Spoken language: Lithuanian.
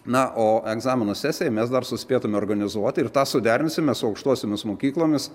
na o egzaminų sesiją mes dar suspėtume organizuoti ir tą suderinsime su aukštosiomis mokyklomis